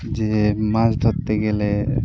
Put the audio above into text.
যে মাছ ধরতে গেলে